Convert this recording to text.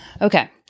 Okay